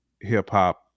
hip-hop